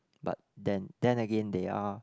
but then then again they are